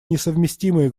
несовместимые